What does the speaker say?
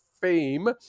fame